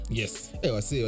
yes